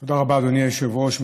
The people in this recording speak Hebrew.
תודה רבה, אדוני היושב-ראש.